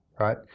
right